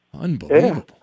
Unbelievable